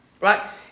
right